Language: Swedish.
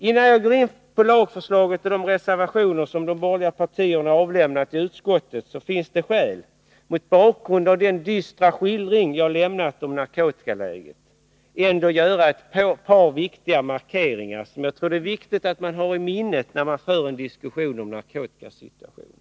Innan jag går in på lagförslaget och de reservationer som de borgerliga partierna har avgett i utskottet, finns det mot bakgrund av min dystra skildring av narkotikaläget skäl att göra ett par viktiga markeringar. Jag tror det är väsentligt att ha dem i åtanke när man diskuterar narkotikasituationen.